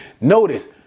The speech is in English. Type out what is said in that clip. Notice